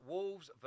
Wolves